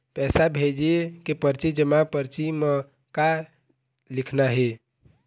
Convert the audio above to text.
पैसा भेजे के परची जमा परची म का लिखना हे?